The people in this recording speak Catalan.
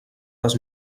les